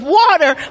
water